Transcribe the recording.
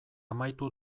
amaitu